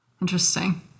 Interesting